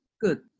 Good